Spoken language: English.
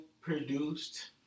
produced